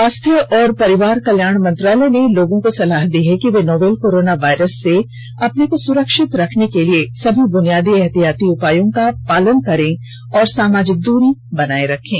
स्वास्थ्य और परिवार कल्याण मंत्रालय ने लोगों को सलाह दी है कि वे नोवल कोरोना वायरस से अपने को सुरक्षित रखने के लिए सभी बुनियादी एहतियाती उपायों का पालन करें और सामाजिक दूरी बनाए रखें